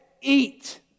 eat